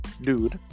Dude